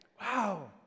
Wow